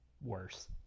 worse